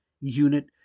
unit